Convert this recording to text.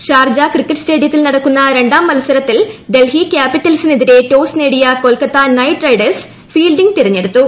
Sharjah cricket സ്റ്റേഡിയത്തിൽ നടക്കുന്ന രണ്ടാം മത്സരത്തിൽ ഡൽഹി ക്യാപിറ്റൽസിനെതിരെ ടോസ് നേടിയ കൊൽക്കത്ത നൈറ്റ് റൈഡേഴ്സ് ഫീൽഡിംഗ് തെരഞ്ഞെടുത്തു